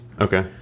okay